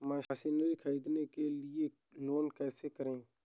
Machinery ख़रीदने के लिए लोन कैसे करें?